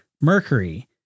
Mercury